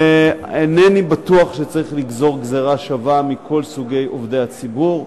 אינני בטוח שצריך לגזור גזירה שווה לכל סוגי עובדי הציבור,